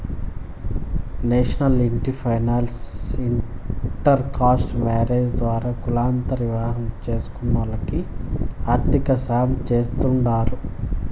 national ఇంటి finance inter caste marriages ద్వారా కులాంతర వివాహం చేస్కునోల్లకి ఆర్థికసాయం చేస్తాండారు